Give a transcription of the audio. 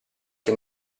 che